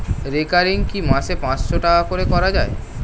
Recurring কি মাসে পাঁচশ টাকা করে করা যায়?